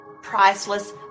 Priceless